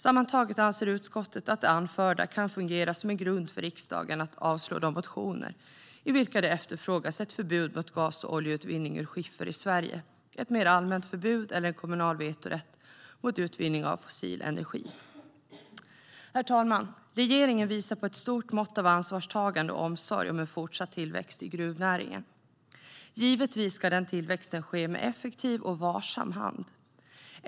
Sammantaget anser utskottet att det anförda kan fungera som en grund för riksdagen att avslå de motioner i vilka det efterfrågas ett förbud mot gas och oljeutvinning ur skiffer i Sverige, ett mer allmänt förbud eller en kommunal vetorätt mot utvinning av fossil energi. "Herr talman! Regeringen visar på ett stort mått av ansvarstagande och omsorg om en fortsatt tillväxt i gruvnäringen. Givetvis ska tillväxten ske med effektiv och varsam hand.